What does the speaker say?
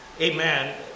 Amen